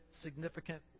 significant